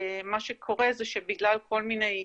מה שקורה זה שבגלל כל מיני,